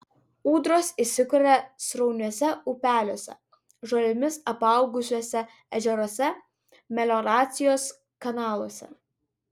ūdros įsikuria srauniuose upeliuose žolėmis apaugusiuose ežeruose melioracijos kanaluose